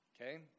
okay